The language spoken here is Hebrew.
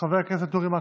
חבר הכנסת אורי מקלב.